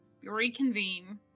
Reconvene